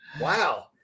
wow